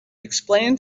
explain